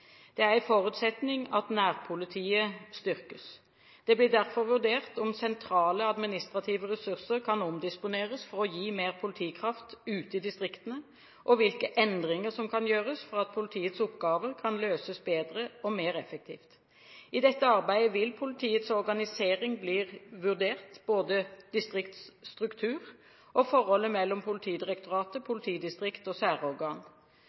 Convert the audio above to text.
Det er en forutsetning at nærpolitiet styrkes. Det blir derfor vurdert om sentrale administrative ressurser kan omdisponeres for å gi mer politikraft ute i distriktene, og hvilke endringer som kan gjøres for at politiets oppgaver kan løses bedre og mer effektivt. I dette arbeidet vil politiets organisering bli vurdert, både distriktsstruktur og forholdet mellom Politidirektoratet, politidistrikt og særorgan.